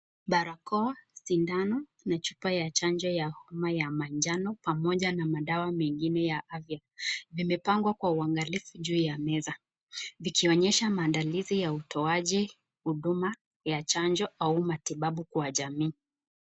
Barakoa, sindano na chupa ya chanjo ya huduma ya manjano pamoja na madawa mengine ya afya imepangwa kwa uangalifu juu ya meza ikionyesha maandalizi ya utoaji huduma ya chanjo au matibabu kwa jamii.